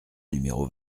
numéro